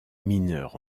mineur